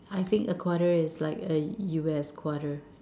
I think a quarter is like a U_S quarter